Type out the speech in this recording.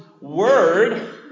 word